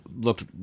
looked